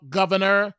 governor